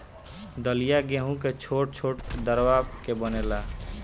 दलिया गेंहू के छोट छोट दरवा के बनेला